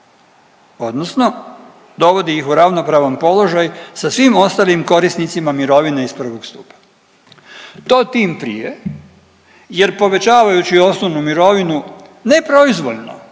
Odnosno dovodi ih u ravnopravan položaj sa svim ostalim korisnicima mirovine iz 1. stupa. To tim prije jer povećavajući osnovnu mirovinu ne proizvoljno